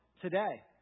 today